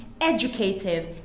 educative